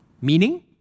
Meaning